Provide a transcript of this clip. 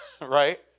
right